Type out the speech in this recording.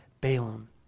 Balaam